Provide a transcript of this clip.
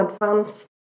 advance